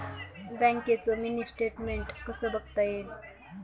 बँकेचं mini statement कसं बघता येईल?